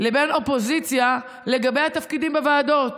לבין האופוזיציה לגבי התפקידים בוועדות.